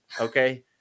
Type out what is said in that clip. Okay